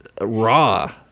raw